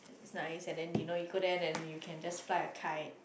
it's nice and then you know you go there you can just fly a kite